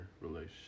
relationship